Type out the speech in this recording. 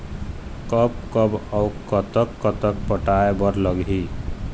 कब कब अऊ कतक कतक पटाए बर लगही